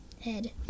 head